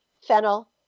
fennel